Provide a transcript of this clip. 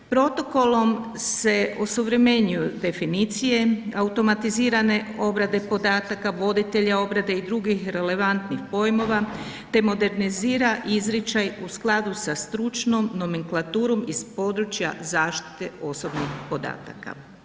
Protokolom se osuvremenjuju definicije automatizirane obrade podataka, voditelje obrade i drugih relevantnih pojmova, te modernizira izričaj u skladu sa stručnom nominklaturom iz područja zaštite osobnih podataka.